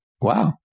Wow